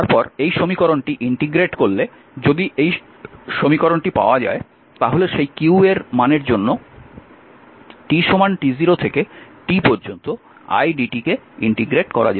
তারপর এই সমীকরণটি ইন্টিগ্রেট করলে যদি এই সমীকরণটি পাওয়া যায় তাহলে সেই q এর মানের জন্য t t0 থেকে t পর্যন্ত idt কে ইন্টিগ্রেট করা যেতে পারে